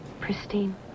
Pristine